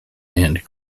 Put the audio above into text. and